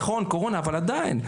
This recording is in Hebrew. נכון, יש קורונה, אבל עדיין.